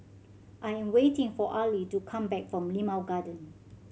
I am waiting for Arly to come back from Limau Garden